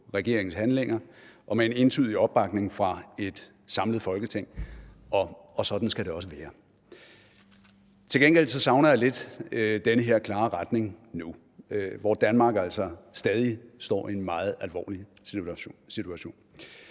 regeringens handlinger, og der var en entydig opbakning fra et samlet Folketing – og sådan skal det også være. Til gengæld savner jeg lidt den her klare retning nu, hvor Danmark jo stadig står i en meget alvorlig situation.